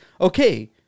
okay